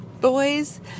boys